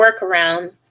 workaround